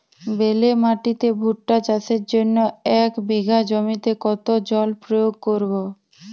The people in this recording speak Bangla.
বেলে মাটিতে ভুট্টা চাষের জন্য এক বিঘা জমিতে কতো জল প্রয়োগ করব?